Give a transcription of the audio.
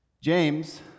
James